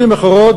במילים אחרות,